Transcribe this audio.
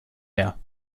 her